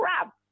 crap